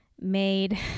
made